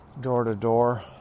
door-to-door